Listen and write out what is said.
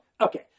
Okay